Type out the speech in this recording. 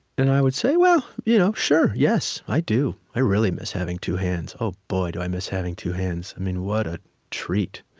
and i would say, well, you know sure. yes, i do. i really miss having two hands. oh boy, do i miss having two hands. i mean what a treat.